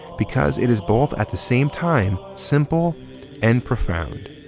because it is both at the same time simple and profound.